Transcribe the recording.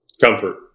Comfort